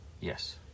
Yes